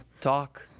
talk,